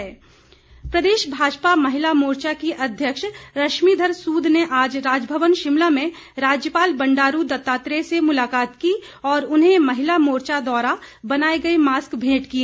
भेंट प्रदेश भाजपा महिला मोर्चा की अध्यक्ष रश्मीधर सूद ने आज राजभवन शिमला में राज्यपाल बंडारू दत्तात्रेय से मुलाकात की और उन्हें महिला मोर्चा द्वारा बनाए गए मास्क भेंट किए